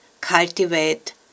cultivate